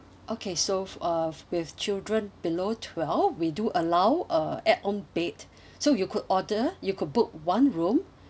okay so f~ uh with children below twelve we do allow uh add on bed so you could order you could book one room